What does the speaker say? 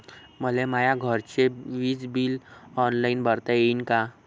मले माया घरचे विज बिल ऑनलाईन भरता येईन का?